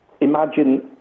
imagine